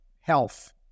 health